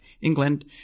England